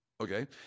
Okay